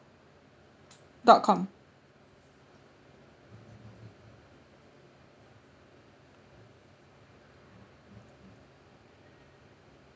dot com